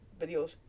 videos